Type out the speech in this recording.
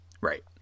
Right